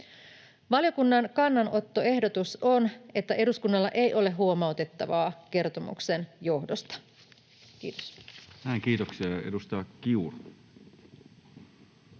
Valiokunnan kannanottoehdotus on, että eduskunnalla ei ole huomautettavaa kertomuksen johdosta. — Kiitos. [Speech 117]